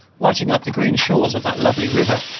lighting up the green shores of that lovely river,